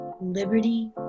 liberty